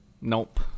Nope